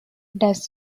does